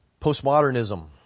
Postmodernism